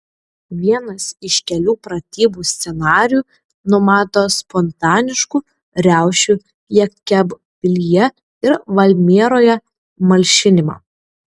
vienas iš kelių pratybų scenarijų numato spontaniškų riaušių jekabpilyje ir valmieroje malšinimą